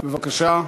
בבקשה.